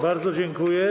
Bardzo dziękuję.